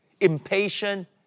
impatient